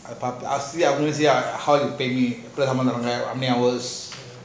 Tharanga how many hours